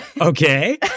Okay